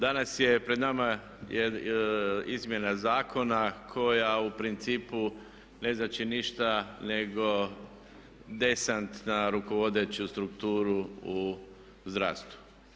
Danas je pred nama izmjena zakona koja u principu ne znači ništa nego desant na rukovodeću strukturu u zdravstvu.